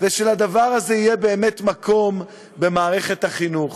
ושלדבר הזה יהיה באמת מקום במערכת החינוך.